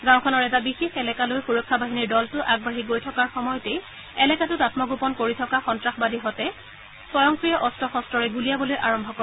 গাঁওখনৰ এটা বিশেষ এলেকালৈ সুৰক্ষা বাহিনীৰ দলটো আগবাঢ়ি গৈ থকাৰ সময়তে এলেকাটোত আমগোপন কৰি থকা সন্তাসবাদীহতে স্বয়ংক্ৰিয় অস্ত্ৰ শস্তৰৰে গুলীয়াবলৈ আৰম্ভ কৰে